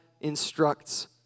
instructs